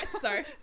sorry